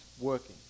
working